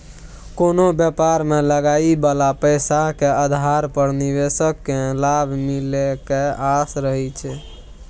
कोनो व्यापार मे लगाबइ बला पैसा के आधार पर निवेशक केँ लाभ मिले के आस रहइ छै